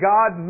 God